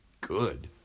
good